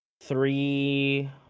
three